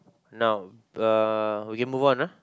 now uh okay move on ah